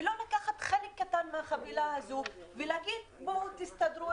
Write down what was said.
ולא לקחת חלק קטן מהחבילה הזו ולהגיד בואו תסתדרו